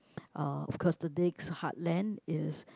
uh of course the next heartland is